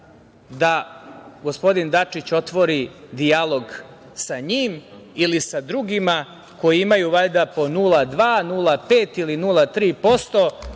da gospodin Dačić otvori dijalog sa njima ili sa drugima, koji imaju valjda po 0,2%, 0,5% ili 0,3%